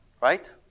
Right